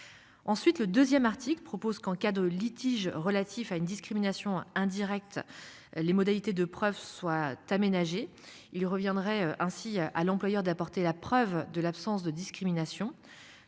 Ensuite le 2ème article propose qu'en cas de litige relatif à une discrimination indirecte les modalités de preuves soit aménagés il reviendrait ainsi à l'employeur d'apporter la preuve de l'absence de discrimination.